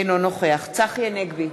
אינו נוכח צחי הנגבי,